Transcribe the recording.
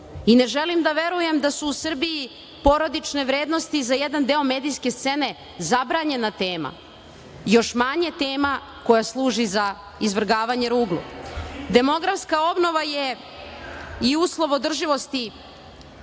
želim da verujem da su u Srbiji porodične vrednosti za jedan deo medijske scene zabranjena tema, još manje tema koja služi za izvrgavanje ruglu. Demografska obnova je i uslov održivosti